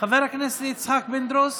חבר הכנסת יצחק פינדרוס,